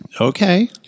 Okay